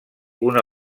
una